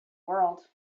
world